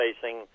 facing